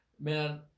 man